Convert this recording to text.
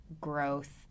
growth